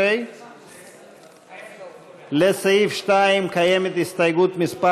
16. לסעיף 2 קיימת הסתייגות מס'